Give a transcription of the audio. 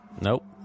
Nope